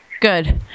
Good